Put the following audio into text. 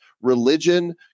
religion